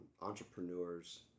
entrepreneurs